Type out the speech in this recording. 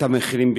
את המחירים בכלל.